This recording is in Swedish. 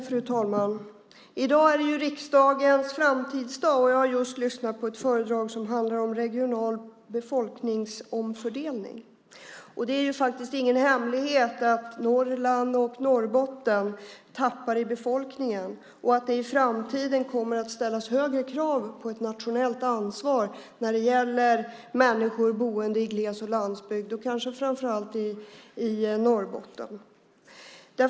Fru talman! I dag är det riksdagens framtidsdag, och jag har just lyssnat på ett föredrag om regional befolkningsomfördelning. Det är ingen hemlighet att Norrland och Norrbotten tappar i befolkning och att det i framtiden kommer att ställas högre krav på ett nationellt ansvar när det gäller människor boende i glesbygd och landsbygd, kanske framför allt i Norrbotten.